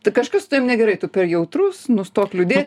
tai kažkas su tavim negerai tu per jautrus nustok liūdė